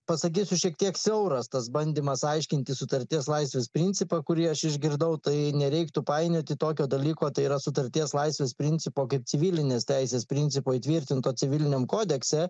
pasakysiu šiek tiek siauras tas bandymas aiškinti sutarties laisvės principą kurį aš išgirdau tai nereiktų painioti tokio dalyko tai yra sutarties laisvės principo kaip civilinės teisės principo įtvirtinto civiliniam kodekse